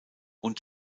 und